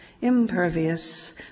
impervious